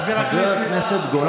חבר הכנסת גולן,